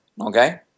Okay